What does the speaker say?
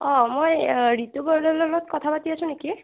অ মই ৰিতু বৰদলৈৰ লগত কথা পাতি আছোঁ নেকি